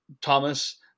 Thomas